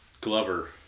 Glover